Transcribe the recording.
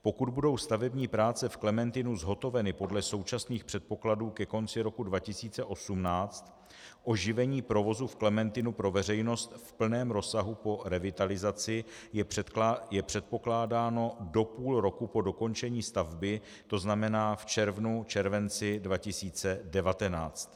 Pokud budou stavební práce v Klementinu zhotoveny podle současných předpokladů ke konci roku 2018, oživení provozu v Klementinu pro veřejnost v plném rozsahu po revitalizaci je předpokládáno do půl roku po dokončení stavby, to znamená v červnu, v červenci 2019.